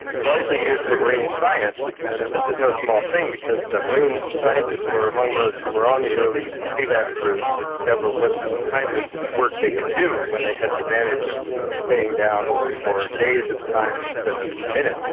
largely used for marine science. and this is no small thing because marine scientists were among those who were on the early sealab crews to discover what kinds of work they could do when they had the advantage of of staying down for days at a time instead of minutes,